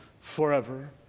forever